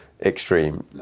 extreme